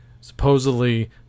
Supposedly